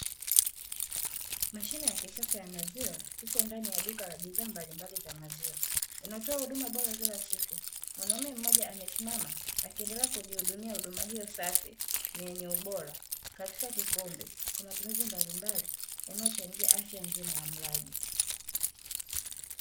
Mashine ya kisasa ya maziwa, iko ndani ya duka la bidhaa mbalimbali za maziwa, yanayotoa huduma bora kila siku. Mwanaume mmoja amesimama akiendelea kujihudumia huduma hiyo safi na yenye ubora katika kikombe, kwa matumizi mbalimbali yanayochangia afya njema ya mlaji.